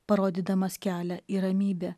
parodydamas kelią į ramybę